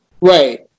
Right